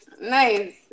nice